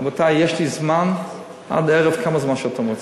רבותי, יש לי זמן עד הערב, כמה זמן שאתם רוצים.